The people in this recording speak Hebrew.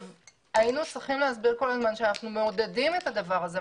היינו צריכים להסביר כל הזמן שאנחנו מעודדים את הדבר הזה,